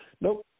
Nope